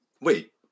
Wait